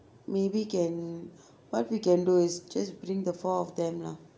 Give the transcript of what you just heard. maybe can what we can do is just bring the four of them lah